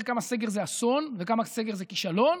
כמה סגר זה אסון וכמה סגר זה כישלון.